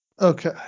Okay